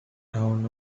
town